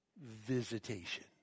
visitation